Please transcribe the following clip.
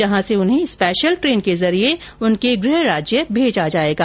जहां से उन्हें स्पेशल ट्रेन के जरिये उनके गृह राज्य भेजा जायेगा